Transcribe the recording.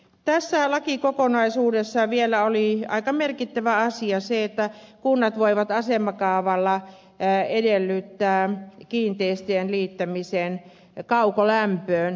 tässä lakikokonaisuudessa oli vielä aika merkittävä asia se että kunnat voivat asemakaavalla edellyttää kiinteistöjen liittämisen kaukolämpöön